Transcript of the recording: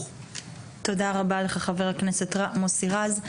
תודה רבה לך חבר הכנסת מוסי רז.